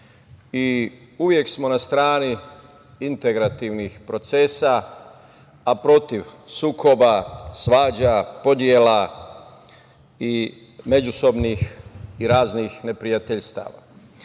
i uvek smo na strani integrativnih procesa a protiv sukoba, svađa, podela i međusobnih i raznih neprijateljstava. Zato